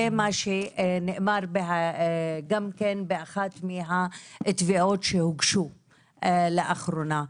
מה שנאמר גם כן באחת מהתביעות שהוגשו לאחרונה,